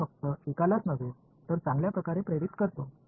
मी फक्त एकालाच नव्हे तर चांगल्या प्रकारे प्रेरित करतो